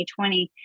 2020